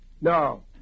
No